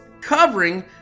covering